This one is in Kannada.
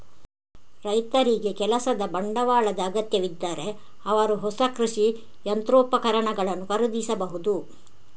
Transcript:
ರೈತರಿಗೆ ಕೆಲಸದ ಬಂಡವಾಳದ ಅಗತ್ಯವಿದ್ದರೆ ಅವರು ಹೊಸ ಕೃಷಿ ಯಂತ್ರೋಪಕರಣಗಳನ್ನು ಖರೀದಿಸಬಹುದು